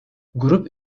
grup